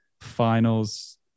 finals